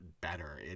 better